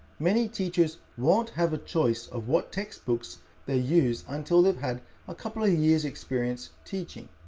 many teachers won't have a choice of what textbooks they use until they've had a couple of years' experience teaching.